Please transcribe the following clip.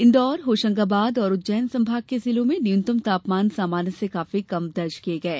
इंदौर होशंगाबाद और उज्जैन संभाग के जिलों में न्यूनतम तापमान सामान्य से काफी कम दर्ज किये गये